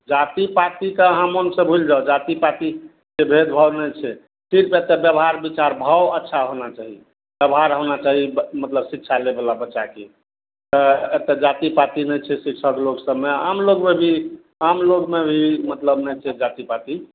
जाति पातिके अहाँ मोनसे भुलि जाउ जाति पातिके भेदभाव नहि छै सिर्फ एतए बेवहार विचार भाव अच्छा होना चाही बेवहार होना चाही मतलब शिक्षा लैवला बच्चाके एतए जाति पाति नहि छै शिक्षक लोक सभमे आमलोकमे भी आमलोकमे भी मतलब नहि छै जाति पाति